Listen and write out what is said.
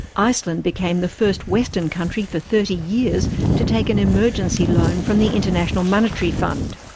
iceland became the first western country for thirty years to take an emergency loan from the international monetary fund.